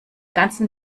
ganzen